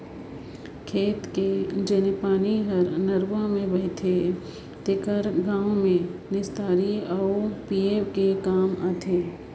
खेत के जेन पानी हर नरूवा में बहथे तेहर गांव में निस्तारी के आउ पिए के काम आथे